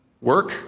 work